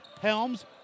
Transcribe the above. Helms